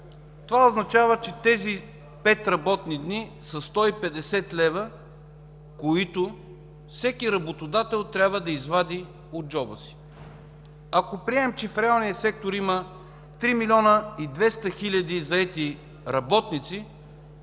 това означава, че тези пет работни дни са 150 лв., които всеки работодател трябва да извади от джоба си. Ако приемем, че в реалния сектор има 3 млн. 200 хил. заети работници,